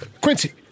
Quincy